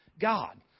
God